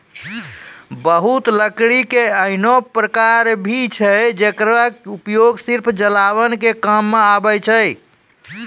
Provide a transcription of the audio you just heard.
बहुत लकड़ी के ऐन्हों प्रकार भी छै जेकरो उपयोग सिर्फ जलावन के काम मॅ आवै छै